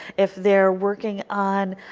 if they are working on